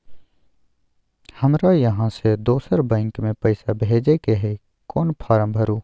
हमरा इहाँ से दोसर बैंक में पैसा भेजय के है, कोन फारम भरू?